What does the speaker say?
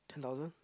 ten thousand